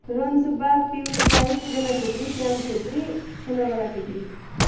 रहन सुब्बा पियुष राई सृजना छेत्री श्याम छेत्री चन्द्रकला छेत्री